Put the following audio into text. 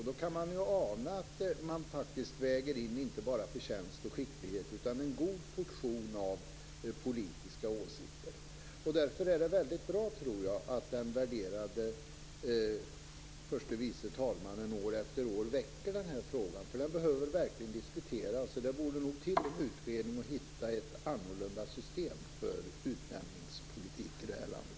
Då kan man ana att det inte bara är förtjänst och skicklighet som vägs in utan också en god portion av politiska åsikter. Därför är det väldigt bra att den värderade förste vice talmannen år eter år väcker denna fråga. Det behöver verkligen diskuteras. Det borde nog tillsättas en utredning som kunde hitta ett annorlunda system för utnämningspolitik i det här landet.